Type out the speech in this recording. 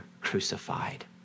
crucified